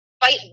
fight